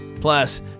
Plus